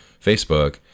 Facebook